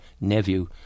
nephew